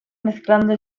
mezclando